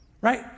right